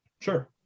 sure